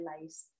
lives